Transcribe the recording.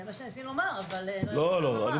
זה מה שניסינו לומר, אבל לא היה מה לומר.